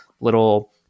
little